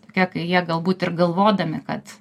tokia kai jie galbūt ir galvodami kad